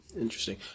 Interesting